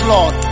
Lord